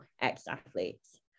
ex-athletes